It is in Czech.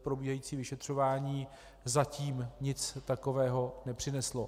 Probíhající vyšetřování zatím nic takového nepřineslo.